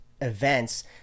events